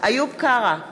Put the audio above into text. איוב קרא,